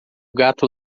gato